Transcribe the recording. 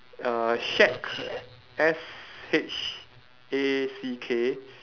uh shack S H A C K